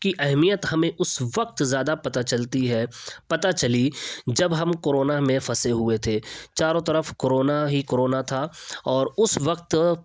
کی اہمیت ہمیں اس وقت زیادہ پتا چلتی ہے پتا چلی جب ہم کورونا میں پھنسے ہوئے تھے چاروں طرف کورونا ہی کورونا تھا اور اس وقت